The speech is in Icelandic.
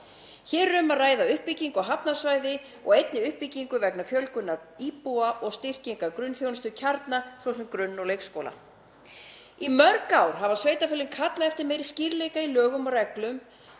Hér er um að ræða uppbyggingu á hafnarsvæði og einnig uppbyggingu vegna fjölgunar íbúa og styrkingar grunnþjónustukjarna, svo sem grunn- og leikskóla. Í mörg ár hafa sveitarfélögin kallað eftir meiri skýrleika í lögum og reglum